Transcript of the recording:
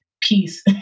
peace